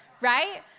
Right